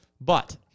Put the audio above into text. But-